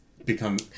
become